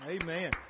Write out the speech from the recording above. Amen